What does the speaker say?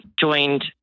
joined